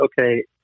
Okay